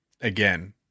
again